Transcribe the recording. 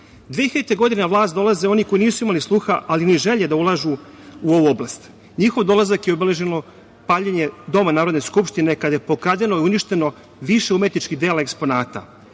2000. na vlast dolaze oni koji nisu imali sluha, ali ni želje da ulažu u ovu oblast. Njihov dolazak je obeležilo paljenje Doma Narodna skupštine kada je pokradeno i uništeno više umetničkih dela i eksponata. Nije